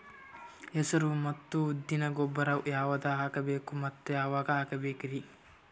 ಹೆಸರು ಮತ್ತು ಉದ್ದಿಗ ಗೊಬ್ಬರ ಯಾವದ ಹಾಕಬೇಕ ಮತ್ತ ಯಾವಾಗ ಹಾಕಬೇಕರಿ?